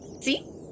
See